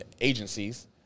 agencies